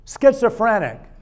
Schizophrenic